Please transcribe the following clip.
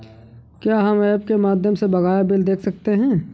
क्या हम ऐप के माध्यम से बकाया बिल देख सकते हैं?